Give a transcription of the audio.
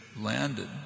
landed